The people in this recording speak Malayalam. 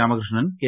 രാമകൃഷ്ണൻ കെ